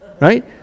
right